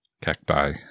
Cacti